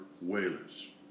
Whalers